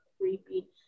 creepy